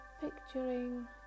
picturing